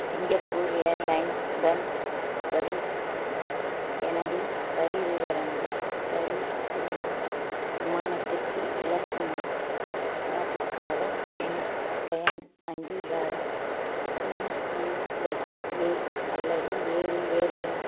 Singapore airline உடன் பாரீஸுக்கு எனது வரி விவரங்க வரி விரும்பும் விமானத்திற்கு இலக்கு நா நாட்டிற்காக மின்னு பயண் அங்கீகாரம் இ டி எஸ் ஏ அல்லது வேறு ஏதேனும்